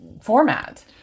format